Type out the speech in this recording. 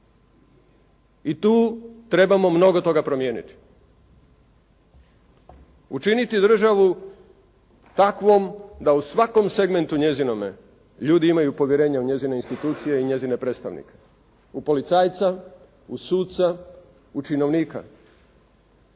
I tu trebamo mnogo toga promijeniti. Učiniti državu takvom da u svakom segmentu njezinome ljudi imaju povjerenja u njezine institucije i njezine predstavnike. U policajca, u suca, u činovnika.